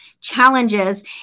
challenges